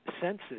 senses